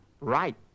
Right